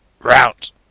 Route